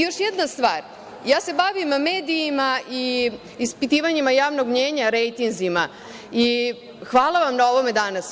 Još jedna stvar, ja se bavim medijima i ispitivanjima javnog mnjenja, rejtinzima i hvala vam na ovome danas.